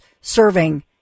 serving